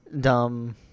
dumb